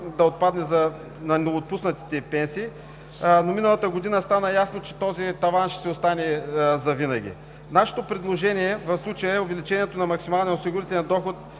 да отпадне за новоотпуснатите пенсии, но миналата година стана ясно, че този таван ще остане завинаги. В случая нашето предложение е увеличението на максималния осигурителен доход